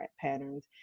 patterns